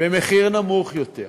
במחיר נמוך יותר.